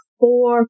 four